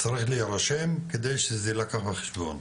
צריך להירשם כדי שזה יילקח בחשבון,